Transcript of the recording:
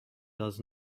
does